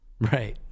Right